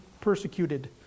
persecuted